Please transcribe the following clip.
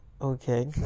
okay